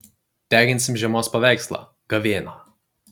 deginsim žiemos paveikslą gavėną